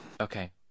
Okay